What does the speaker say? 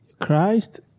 Christ